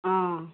অঁ